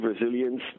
resilience